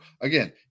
again